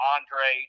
Andre